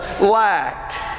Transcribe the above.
lacked